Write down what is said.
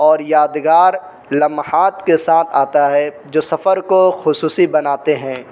اور یادگار لمحات کے ساتھ آتا ہے جو سفر کو خصوصی بناتے ہیں